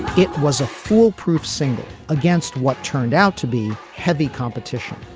it was a foolproof single against what turned out to be heavy competition.